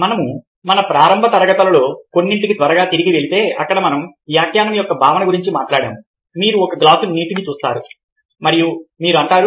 మనం మన ప్రారంభ తరగతుల్లో కొన్నింటికి త్వరగా తిరిగి వెళితే అక్కడ మనం వ్యాఖ్యానం యొక్క భావన గురించి మాట్లాడాము మీరు ఒక గ్లాసు నీటిని చూస్తారు మరియు మీరు అంటారు